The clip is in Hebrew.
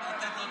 התשפ"ב